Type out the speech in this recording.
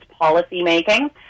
policymaking